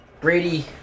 Brady